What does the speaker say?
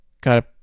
got